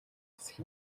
эсэх